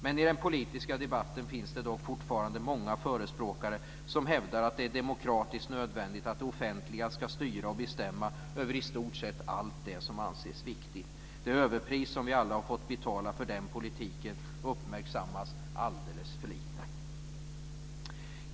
Men i den politiska debatten finns det fortfarande många förespråkare som hävdar att det är demokratiskt nödvändigt att det offentliga ska styra och bestämma över i stort sett allt det som anses viktigt. Det överpris som vi alla har fått betala för den politiken uppmärksammas alldeles för lite.